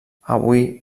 avui